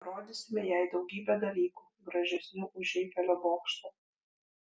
parodysime jai daugybę dalykų gražesnių už eifelio bokštą